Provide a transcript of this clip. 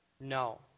No